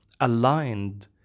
aligned